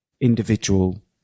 individual